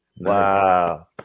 Wow